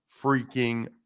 freaking